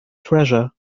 treasure